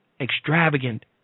extravagant